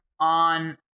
on